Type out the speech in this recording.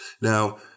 Now